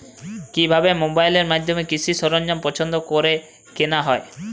কিভাবে মোবাইলের মাধ্যমে কৃষি সরঞ্জাম পছন্দ করে কেনা হয়?